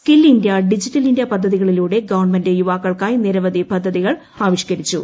skill India digital India പദ്ധതികളിലൂടെ government യുവാക്കൾക്കായി നിരവധി പദ്ധതികൾ ആവിഷ്കരിച്ചു